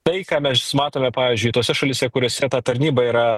tai ką mes matome pavyzdžiui tose šalyse kuriose ta tarnyba yra